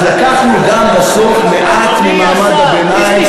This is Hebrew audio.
אז לקחנו בסוף גם מעט ממעמד הביניים.